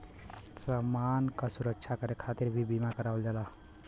समान क सुरक्षा करे खातिर भी बीमा करावल जाला